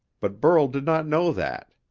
but burl did not know that.